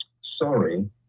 sorry